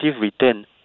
return